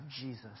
Jesus